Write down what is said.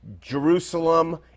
Jerusalem